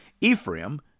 Ephraim